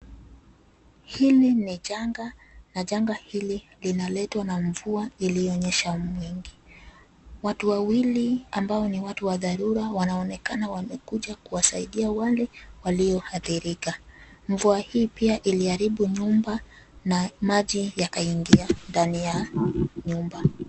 Hili ni janga na janga hili linaletwa na mvua iliyonyesha nyingi. Watu wawili ambao ni watu wa dharura wanaonekana wamekuja kuwasaidia wale walioadhirika. Mvua hii pia iliharibu nyumba na maji yakaingia ndani ya nyumba.